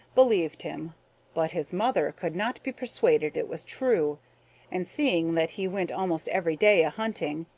believed him but his mother could not be persuaded it was true and seeing that he went almost every day a-hunting,